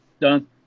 Done